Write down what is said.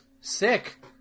Sick